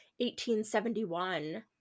1871